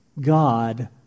God